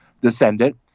descendant